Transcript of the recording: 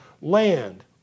land